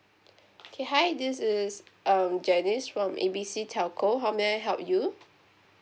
K hi this is um janice from A B C telco how may I help you